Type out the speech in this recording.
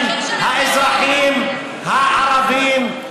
הם האזרחים הערבים,